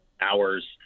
hours